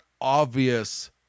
obvious